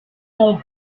mon